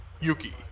Yuki